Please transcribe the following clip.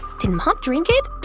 did mom drink it?